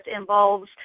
involves